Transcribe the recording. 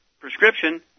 prescription